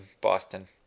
Boston